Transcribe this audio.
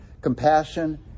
Compassion